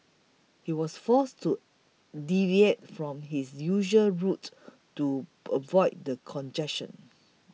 he was forced to deviate from his usual route to avoid the congestion